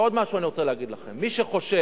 עוד משהו אני רוצה להגיד לכם: מי שחושב